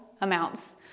amounts